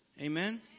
Amen